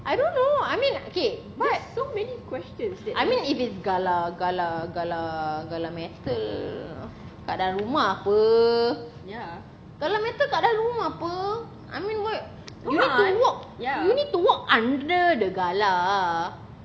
I don't know I mean okay but I mean if it's galah galah galah galah metal kat dalam rumah apa kalau metal kat dalam rumah apa you need to walk under the galah